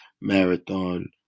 Marathon